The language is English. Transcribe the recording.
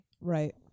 Right